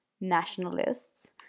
nationalists